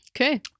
okay